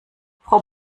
frau